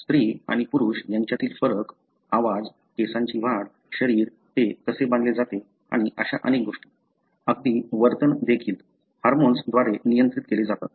स्त्री आणि पुरुष यांच्यातील फरक आवाज केसांची वाढ शरीर ते कसे बांधले जाते आणि अशा अनेक अगदी वर्तन देखील हार्मोन्स द्वारे नियंत्रित केले जातात